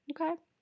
Okay